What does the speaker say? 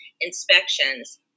inspections